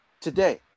today